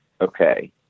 okay